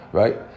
right